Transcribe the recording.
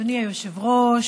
אדוני היושב-ראש,